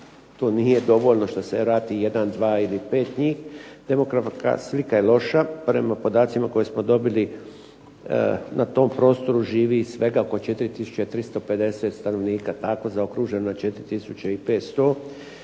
to nije dovoljno što se vrati 1, 2 ili 5 njih. Demografska slika je loša. Prema podacima koje smo dobili na tom prostoru živi svega oko 4350 stanovnika, tako zaokruženo 4500